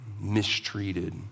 mistreated